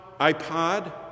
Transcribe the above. iPod